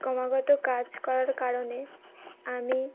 ক্রমাগত কাজ করার কারণে আমি